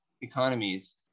economies